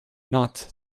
not